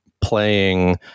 playing